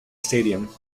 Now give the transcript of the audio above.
stadium